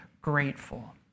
grateful